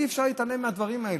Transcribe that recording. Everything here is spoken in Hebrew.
אי-אפשר להתעלם מהדברים האלה,